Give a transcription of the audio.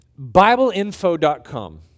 bibleinfo.com